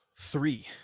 Three